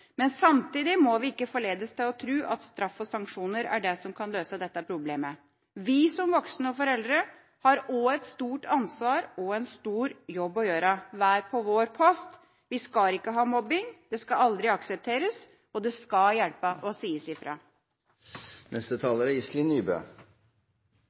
men samtidig må vi ikke forledes til å tro at straff og sanksjoner er det som kan løse dette problemet. Vi som voksne og foreldre har også et stort ansvar og en stor jobb å gjøre, hver på vår post. Vi skal ikke ha mobbing, det skal aldri aksepteres, og det skal hjelpe